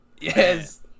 Yes